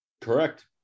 Correct